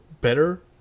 better